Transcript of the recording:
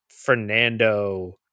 Fernando